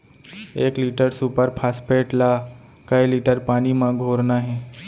एक litre super phosphate ला कए लीटर पानी मा घोरना हे?